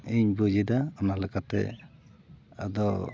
ᱤᱧ ᱵᱩᱡᱽᱫᱟ ᱚᱱᱟ ᱞᱮᱠᱟᱛᱮ ᱟᱫᱚ